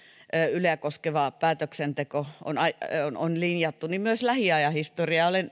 yleä koskeva päätöksenteko on on linjattu myös lähiajan historiaa olen